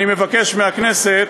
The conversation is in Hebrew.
אני מבקש מהכנסת,